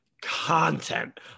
content